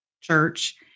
church